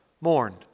mourned